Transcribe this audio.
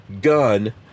gun